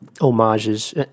homages